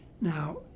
Now